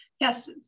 Yes